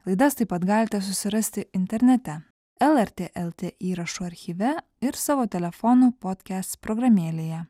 laidas taip pat galite susirasti internete lrt lt įrašų archyve ir savo telefonų podkast programėlėje